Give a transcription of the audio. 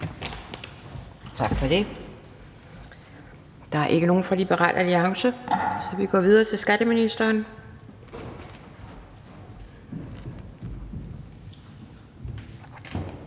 Tak for det. Der er ikke nogen fra Liberal Alliance, så vi går videre til skatteministeren.